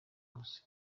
hose